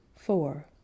four